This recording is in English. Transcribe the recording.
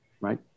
right